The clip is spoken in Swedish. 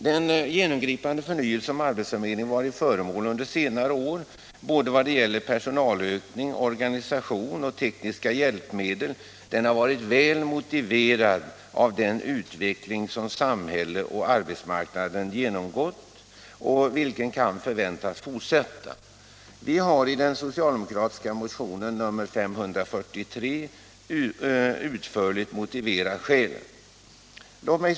Den genomgripande förnyelse som arbetsförmedlingen varit föremål för under senare år vad gäller såväl personalökning och organisation som tekniska hjälpmedel har varit väl motiverad av den utveckling som samhället och arbetsmarknaden genomgått och som förväntas fortsätta. Vi har i den socialdemokratiska motionen nr 543 utförligt motiverat skälen härför.